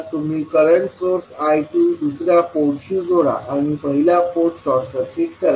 तुम्ही current source I2दुसर्या पोर्टशी जोडा आणि पहिला पोर्ट शॉर्ट सर्किट करा